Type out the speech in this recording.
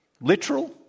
Literal